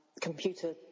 computer